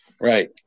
Right